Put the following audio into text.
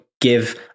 give